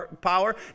power